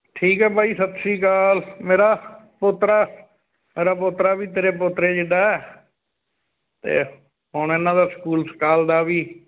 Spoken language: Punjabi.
ਠੀਕ ਆ ਬਾਈ ਸਤਿ ਸ਼੍ਰੀ ਅਕਾਲ ਮੇਰਾ ਪੋਤਰਾ ਮੇਰਾ ਪੋਤਰਾ ਵੀ ਤੇਰੇ ਪੋਤਰੇ ਜਿੱਡਾ ਅਤੇ ਹੁਣ ਇਹਨਾਂ ਦਾ ਸਕੂਲ ਸਕਾਲ ਦਾ ਵੀ